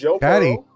Patty